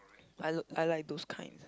I l~ I like those kinds